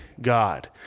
God